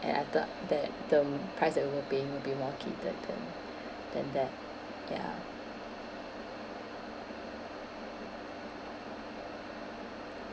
and I thought that the price that we were paying will be more catered than than that ya